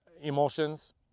emulsions